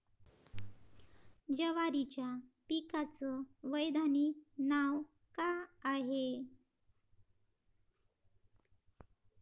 जवारीच्या पिकाचं वैधानिक नाव का हाये?